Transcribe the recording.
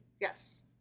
Yes